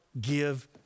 give